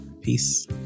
Peace